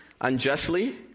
unjustly